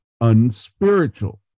unspiritual